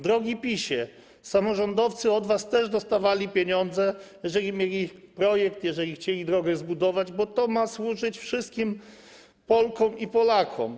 Drogi PiS-ie, samorządowcy od was też dostawali pieniądze, jeżeli mieli projekt, jeżeli chcieli zbudować drogę, bo to ma służyć wszystkim Polkom i Polakom.